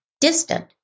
distant